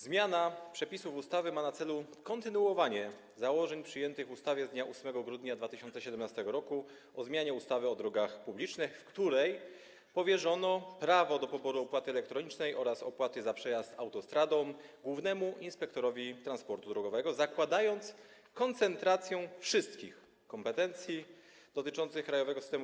Zmiana przepisów ustawy ma na celu kontynuowanie założeń przyjętych w ustawie z dnia 8 grudnia 2017 r. o zmianie ustawy o drogach publicznych, w której powierzono prawo do poboru opłaty elektronicznej oraz opłaty za przejazd autostradą głównemu inspektorowi transportu drogowego, zakładając koncentrację wszystkich kompetencji dotyczących Krajowego Systemu